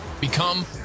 Become